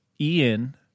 Ian